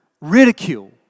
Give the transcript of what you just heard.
ridicule